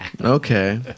Okay